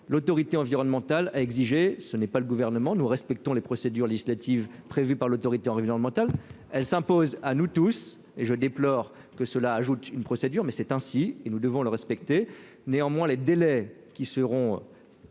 l'autorité environnementale a exigé ce n'est pas le gouvernement, nous respectons les procédures législatives prévues par l'autorité environnementale, elle s'impose à nous tous et je déplore que cela ajoute une procédure, mais c'est ainsi, et nous devons le respecter néanmoins les délais qui seront